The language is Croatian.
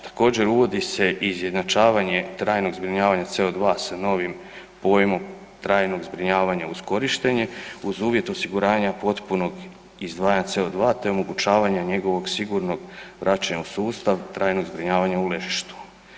Također, uvodi se izjednačavanje trajnog zbrinjavanja CO2 sa novim pojmom „trajnog zbrinjavanja uz korištenje“ uz uvjet osiguranja potpunog izdvajanja CO2 te omogućavanja njegovog sigurnog vraćanja u sustav trajnog zbrinjavanja u ležištu.